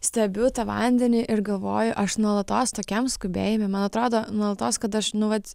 stebiu tą vandenį ir galvoju aš nuolatos tokiam skubėjime man atrodo nuolatos kad aš nu vat